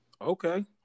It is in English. Okay